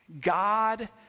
God